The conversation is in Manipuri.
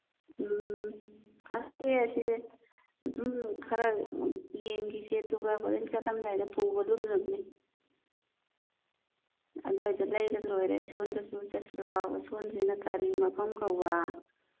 ꯎꯝ ꯈꯪꯗꯦ ꯑꯁꯤ ꯑꯗꯨꯝ ꯈꯔ ꯌꯦꯡꯈꯤꯁꯦ ꯑꯗꯨꯒ ꯍꯣꯔꯦꯟ ꯆꯠꯂꯝꯗꯥꯏꯗ ꯄꯨꯕ ꯂꯨꯝꯅꯕꯅꯤ ꯑꯗ꯭ꯋꯥꯏꯗ ꯂꯩꯔ ꯂꯣꯏꯔꯦ ꯁꯣꯝꯗꯁꯨ ꯆꯠꯁꯤ ꯂꯥꯎ ꯑꯁꯣꯝꯁꯤꯅ ꯀꯔꯤ ꯃꯐꯝ ꯀꯧꯕ